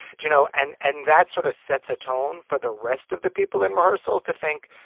you know, and and that sort of sets a tone for the rest of the people in rehearsal to think,